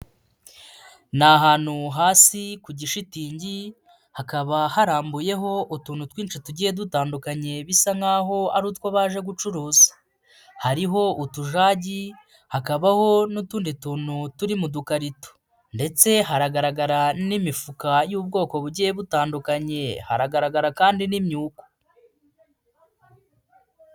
Ni ahantu hasi ku gishitingi hakaba harambuyeho utuntu twinshi tugiye dutandukanye bisa nkaho ari utwo baje gucuruza, hariho utujagi, hakabaho n'utundi tuntu turi mu dukarito, ndetse haragaragara n'imifuka y'ubwoko bugiye butandukanye, haragaragara kandi n'imyuko.